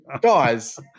guys